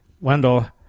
Wendell